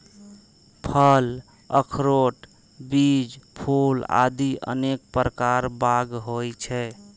फल, अखरोट, बीज, फूल आदि अनेक प्रकार बाग होइ छै